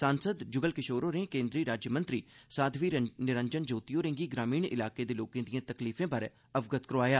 सांसद जुगल किशोर होरें केन्द्री राज्यमंत्री साध्वी निरंजन ज्योति होरें'गी ग्रामीण इलाकें दे लोकें दिए तकलीफें बारै अवगत करोआया